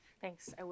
Thanks